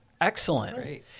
Excellent